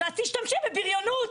אז את תשתמשי בבריונות.